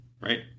Right